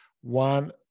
one